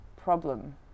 problem